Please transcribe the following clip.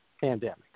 pandemic